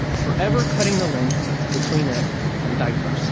forever cutting the link between it and diapers.